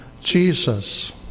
Jesus